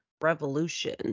revolution